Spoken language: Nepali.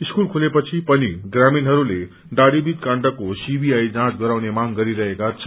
स्कूल खुलेपछि पनि गामीणहरूले दाङीभिट काण्डको सीबीआई जाँच गराउने मांग गरिरहेका छन्